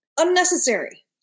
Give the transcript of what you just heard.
unnecessary